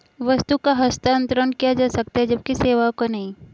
वस्तु का हस्तांतरण किया जा सकता है जबकि सेवाओं का नहीं